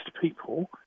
people